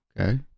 okay